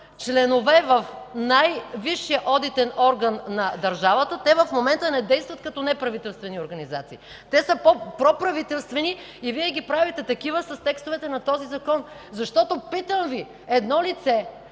членове в най-висшия одитен орган на държавата, те не действат като неправителствени организации. Те са проправителствени и Вие ги правите такива с текстовете на този закон. Защото, питам Ви: лице,